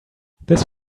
this